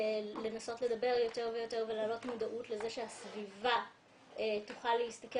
לדבר יותר ויותר ולהעלות מודעות לזה שהסביבה תוכל להסתכל